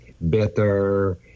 better